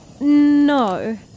No